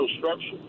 structure